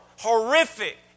horrific